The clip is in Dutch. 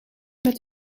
met